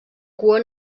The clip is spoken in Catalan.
cua